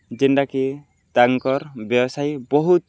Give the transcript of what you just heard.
ଯେନ୍ଟାକି ତାଙ୍କର୍ ବ୍ୟବସାୟୀ ବହୁତ୍